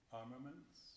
armaments